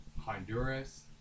Honduras